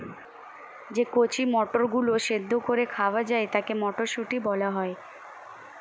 যে কচি মটরগুলো সেদ্ধ করে খাওয়া যায় তাকে মটরশুঁটি বলা হয়